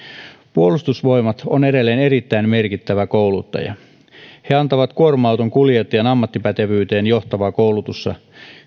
puolustusvoimat on edelleen erittäin merkittävä kouluttaja he antavat kuorma autonkuljettajan ammattipätevyyteen johtavaa koulutusta